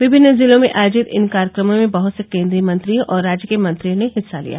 विभिन्न जिलों में आयोजित इन कार्यक्रमों में बहत से केन्द्रीय मंत्रियों और राज्य के मंत्रियों ने हिस्सा लिया